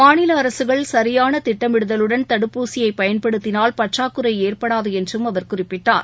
மாநிலஅரசுகள் சரியானதிட்டமிடுதலுடன் தடுப்பூசியைபயன்படுத்தினால் பற்றாக்குறைஏற்படாதுஎன்றம் அவர் குறிப்பிட்டார்